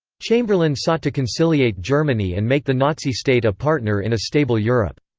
chamberlain sought to conciliate germany and make the nazi state a partner in a stable europe.